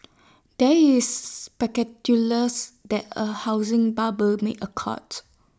there is that A housing bubble may occurred